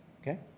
okay